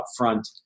upfront